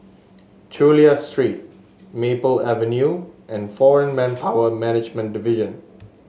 Chulia Street Maple Avenue and Foreign Manpower Management Division